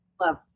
Love